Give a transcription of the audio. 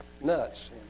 nuts